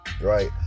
Right